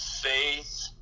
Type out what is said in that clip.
faith